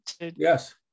Yes